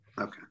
Okay